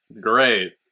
great